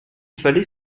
fallait